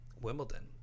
Wimbledon